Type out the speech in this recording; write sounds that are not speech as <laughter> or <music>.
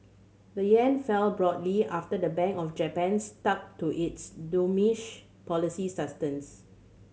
the yen fell broadly after the Bank of Japan stuck to its <unintelligible> policy <unintelligible>